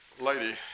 lady